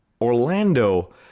Orlando